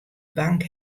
bank